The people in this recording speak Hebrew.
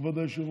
כבוד היושב-ראש?